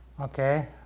Okay